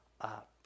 up